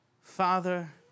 Father